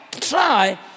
try